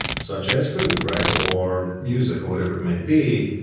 such as food, right? or music or whatever it may be,